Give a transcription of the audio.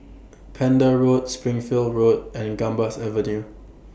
Pender Roads Springfield Road and Gambas Avenue